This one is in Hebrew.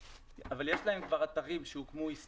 אבל יש להן כבר אתרים שהוקמו, הסטורית,